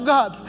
God